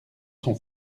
sont